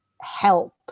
help